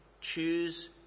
choose